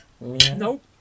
Nope